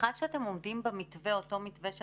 בהנחה שאתם עומדים במתווה שעליו את